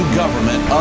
government